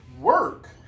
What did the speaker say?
work